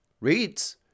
reads